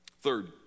Third